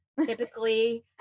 Typically